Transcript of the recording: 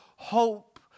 Hope